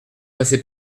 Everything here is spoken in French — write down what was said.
passé